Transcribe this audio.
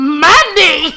money